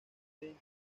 caminar